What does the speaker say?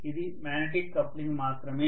ఇది magnetic coupling మాత్రమే